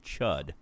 Chud